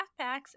backpacks